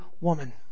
woman